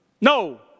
no